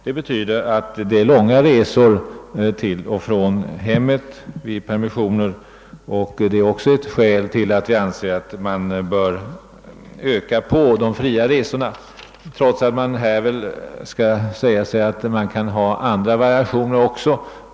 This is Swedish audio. Detta betyder att det blir långa resor till och från hemmet vid permissioner, och det är också ett skäl till varför vi anser att man bör utöka rätten till fria resor. Det kan emellertid sägas att det finns andra alternativ.